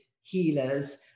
healers